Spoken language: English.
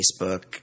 Facebook